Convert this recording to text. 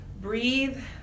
breathe